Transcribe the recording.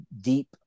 deep